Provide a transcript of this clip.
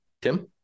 Tim